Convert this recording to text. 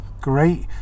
great